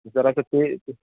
ذرا سا تیز